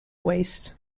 waste